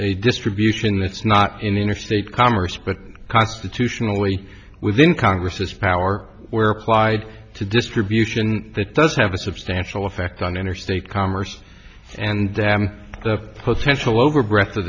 a distribution that's not in interstate commerce but constitutionally within congress has power were applied to distribution that does have a substantial effect on interstate commerce and the potential over breath of